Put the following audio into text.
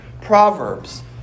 Proverbs